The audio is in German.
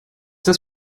das